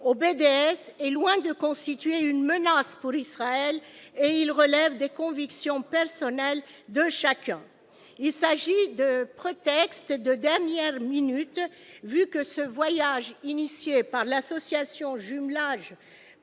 au PDS est loin de constituer une menace pour Israël et il relève des convictions personnelles de chacun, il s'agit de prétexte de dernière minute, vu que ce voyage initiée par l'Association Jumelage